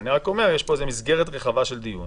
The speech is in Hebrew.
אבל אני אומר שיש פה מסגרת רחבה של דיון